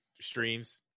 streams